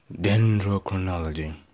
Dendrochronology